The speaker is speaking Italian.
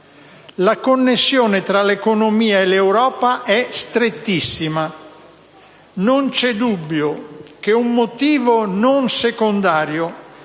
La connessione tra l'economia e l'Europa è strettissima. Non c'è dubbio che un motivo non secondario